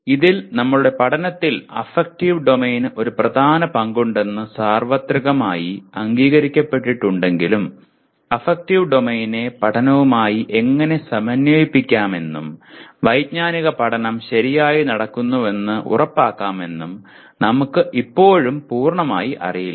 ഇപ്പോൾ ഇതിൽ നമ്മുടെ പഠനത്തിൽ അഫക്റ്റീവ് ഡൊമെയ്നിന് ഒരു പ്രധാന പങ്കുണ്ടെന്ന് സാർവത്രികമായി അംഗീകരിക്കപ്പെട്ടിട്ടുണ്ടെങ്കിലും അഫക്റ്റീവ് ഡൊമെയ്നെ പഠനവുമായി എങ്ങനെ സമന്വയിപ്പിക്കാമെന്നും വൈജ്ഞാനിക പഠനം ശരിയായി നടക്കുന്നുവെന്ന് ഉറപ്പാക്കാമെന്നും നമുക്ക് ഇപ്പോഴും പൂർണ്ണമായി അറിയില്ല